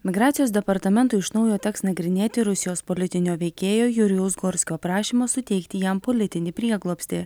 migracijos departamentui iš naujo teks nagrinėti rusijos politinio veikėjo jurijaus gorskio prašymą suteikti jam politinį prieglobstį